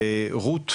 בהחלט,